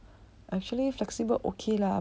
actually flexible okay lah